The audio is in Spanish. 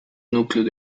núcleos